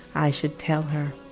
i should tell her,